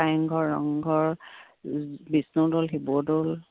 Kareng Ghar Rangghar Bishnudol Sivadol